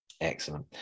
Excellent